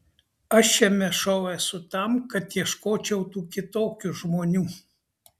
aš šiame šou esu tam kad ieškočiau tų kitokių žmonių